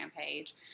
page